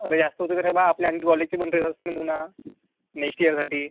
अरे जास्त होतं कारे बा आपल्या आणखी कॉलिटी मेंटेनन्स असते ना पुन्हा नेश्ट इयरसाठी